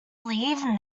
leave